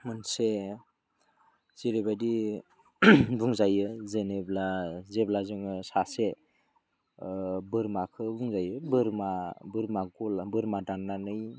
मोनसे जेरैबायदि बुंजायो जेनेब्ला जेब्ला जोङो सासे बोरमाखौ बुंजायो बोरमा दाननानै